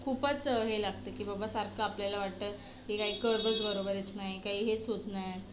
खूपच हे लागते की बबा सारखं आपल्याला वाटतं की काय कर्वच बरोबर येत नाही काय हेच होत नाही